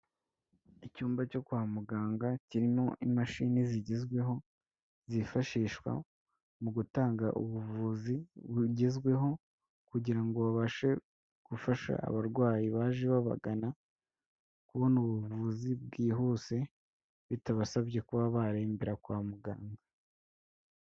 Icyumba cyo kwa muganga kirimo imashini zigezweho zifashishwa mu gutanga ubuvuzi bugezweho kugira ngo babashe gufasha abarwayi baje babagana kubona ubuvuzi bwihuse bitabasabye kuba barembera kwa muganga.